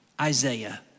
Isaiah